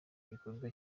igikorwa